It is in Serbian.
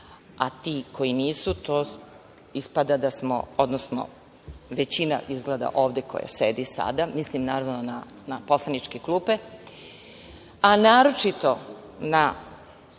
a ti koji nisu ispada da smo većina izgleda ovde koja sedi sada, mislim, naravno, na poslaničke klupe, a naročito na